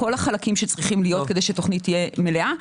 כל החלקים שצריכים להיות כדי שהתוכנית תהיה מלאה.